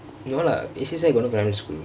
no lah A_C_S_I got no primary school